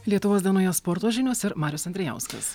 lietuvos dienoje sporto žinios ir marius andrijauskas